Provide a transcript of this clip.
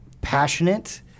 passionate